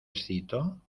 excito